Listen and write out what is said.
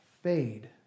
fade